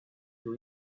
two